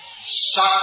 suck